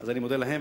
אז אני מודה להם,